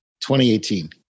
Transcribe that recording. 2018